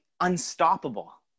unstoppable